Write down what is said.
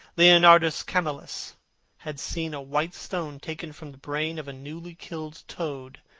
leonardus camillus had seen a white stone taken from brain of a newly killed toad,